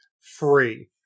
free